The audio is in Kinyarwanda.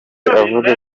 avuga